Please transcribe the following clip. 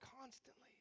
constantly